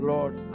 Lord